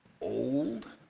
old